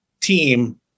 team